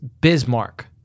Bismarck